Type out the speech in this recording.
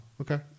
okay